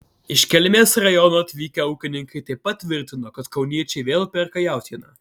iš kelmės rajono atvykę ūkininkai taip pat tvirtino kad kauniečiai vėl perka jautieną